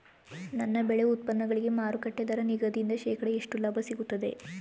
ನನ್ನ ಬೆಳೆ ಉತ್ಪನ್ನಗಳಿಗೆ ಮಾರುಕಟ್ಟೆ ದರ ನಿಗದಿಯಿಂದ ಶೇಕಡಾ ಎಷ್ಟು ಲಾಭ ಸಿಗುತ್ತದೆ?